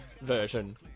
version